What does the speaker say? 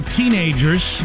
teenagers